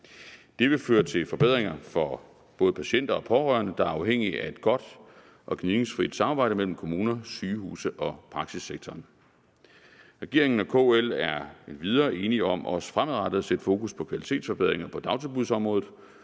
Det vil føre til forbedringer for både patienter og pårørende, der er afhængige af et godt og gnidningsfrit samarbejde mellem kommuner, sygehuse og praksissektoren. Regeringen og KL er endvidere enige om også fremadrettet at sætte fokus på kvalitetsforbedringer på dagtilbudsområdet